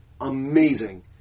amazing